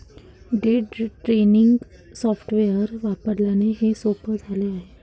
day trading software वापरल्याने हे सोपे झाले आहे